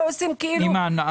לא עושים אפיון.